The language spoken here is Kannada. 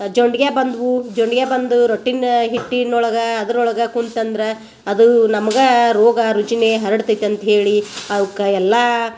ಜೊಂಡ್ಗೆ ಬಂದ್ವು ಜೊಂಡ್ಗೆ ಬಂದು ರೊಟ್ಟಿನ ಹಿಟ್ಟಿನ ಒಳಗೆ ಅದ್ರ ಒಳಗೆ ಕುಂತ್ನಂದ್ರ ಅದು ನಮ್ಗೆ ರೋಗ ರುಜನೆ ಹರಡ್ತೈತೆ ಅಂತೇಳಿ ಅವುಕ್ಕೆ ಎಲ್ಲ